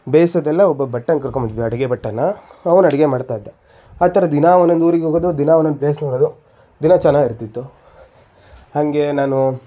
ಬೇಯ್ಸೋದೆಲ್ಲ ಒಬ್ಬ ಭಟ್ಟನ್ನ ಕರ್ಕೊಂಡು ಬರ್ತಿದ್ವಿ ಅಡಿಗೆ ಭಟ್ಟನನ್ನ ಅವನು ಅಡಿಗೆ ಮಾಡ್ತಾ ಇದ್ದ ಆ ಥರ ದಿನ ಒಂದೊಂದು ಊರಿಗೆ ಹೋಗೋದು ದಿನ ಒಂದೊಂದು ಪ್ಲೇಸ್ ನೋಡೋದು ದಿನ ಚೆನ್ನಾಗಿರ್ತಿತ್ತು ಹಾಗೆ ನಾನು